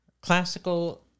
classical